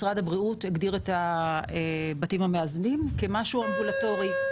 משרד הבריאות הגדיר את הבתים המאזנים כמשהו אמבולטורי.